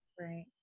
Right